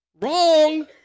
wrong